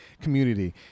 community